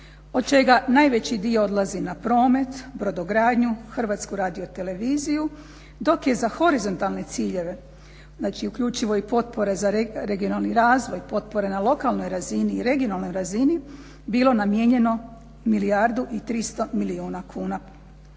od čega najveći dio odlazi na promet, brodogradnju, HRT dok je za horizontalne ciljeve znači uključivo i potpore za regionalni razvoj, potpore na lokalnoj i regionalnoj razini bilo namijenjeno milijardu i 300 milijuna kuna